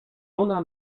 ona